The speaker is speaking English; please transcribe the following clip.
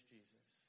Jesus